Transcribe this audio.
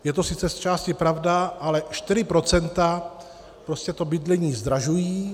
Je to sice zčásti pravda, ale 4 % prostě to bydlení zdražují.